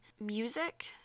music